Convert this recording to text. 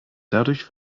dadurch